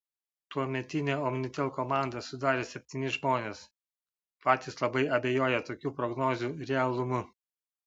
tuometinę omnitel komandą sudarė septyni žmonės patys labai abejoję tokių prognozių realumu